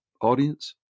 audience